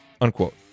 unquote